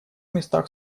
местах